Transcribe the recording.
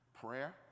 prayer